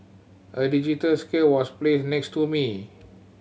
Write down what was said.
a digital scale was placed next to me